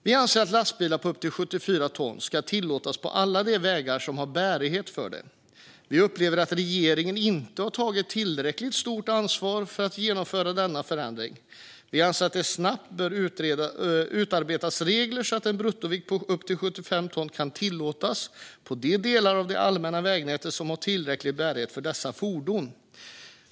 Vi anser att lastbilar på upp till 74 ton ska tillåtas på alla vägar som har bärighet för det. Vi upplever att regeringen inte har tagit tillräckligt stort ansvar för att genomföra denna förändring. Vi anser att det snabbt bör utarbetas regler så att en bruttovikt på upp till 75 ton kan tillåtas på de delar av det allmänna vägnätet som har tillräcklig bärighet för dessa fordon.